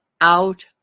out